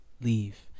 leave